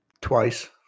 Twice